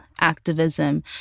activism